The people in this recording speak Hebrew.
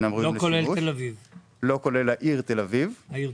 לא כולל את העיר תל אביב,